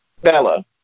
Bella